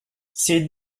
c’est